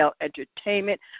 Entertainment